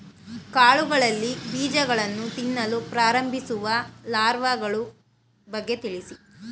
ಕಾಳುಗಳಲ್ಲಿ ಬೀಜಗಳನ್ನು ತಿನ್ನಲು ಪ್ರಾರಂಭಿಸುವ ಲಾರ್ವಗಳ ಬಗ್ಗೆ ತಿಳಿಸಿ?